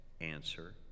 answer